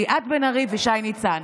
ליאת בן ארי ושי ניצן.